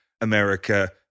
America